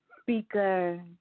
speaker